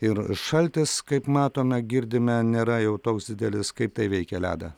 ir šaltis kaip matome girdime nėra jau toks didelis kaip tai veikia ledą